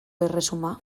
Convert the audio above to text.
erresuma